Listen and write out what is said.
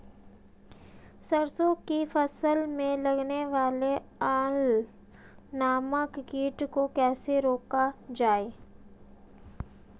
सरसों की फसल में लगने वाले अल नामक कीट को कैसे रोका जाए?